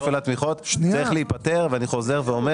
כפל התמיכות צריך להיפתר ואני חוזר ואומר